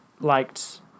liked